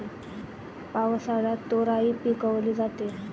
पावसाळ्यात तोराई पिकवली जाते